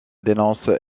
dénonce